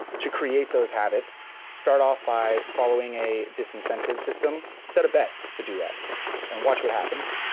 to create those habits start off by following a disincentives system. set a bet to do that and watch what happens.